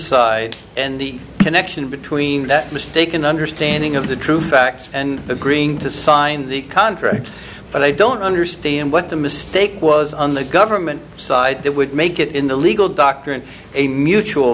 side and the connection between that mistaken understanding of the true facts and agreeing to sign the contract but i don't understand what the mistake was on the government side that would make it in the legal doctrine a mutual